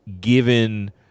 given